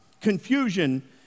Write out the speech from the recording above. confusion